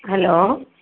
hello